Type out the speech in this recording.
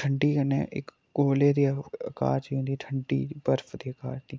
ठंडी कन्नै इक ओले दे आकार च जन्दी ठंडी बर्फ दे कारण ही